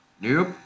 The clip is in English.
Nope